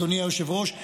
אדוני היושב-ראש,